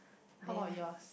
how about yours